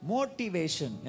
Motivation